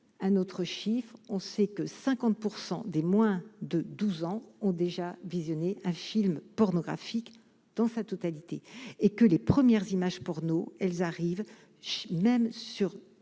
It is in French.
un autre chiffre, on sait que 50 % des moins de 12 ans ont déjà visionné un film pornographique dans sa totalité et que les premières images porno, elles arrivent, je suis